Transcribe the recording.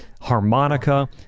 Harmonica